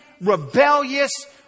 rebellious